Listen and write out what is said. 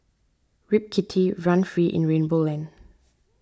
rip kitty run free in rainbow land